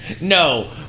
No